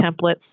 templates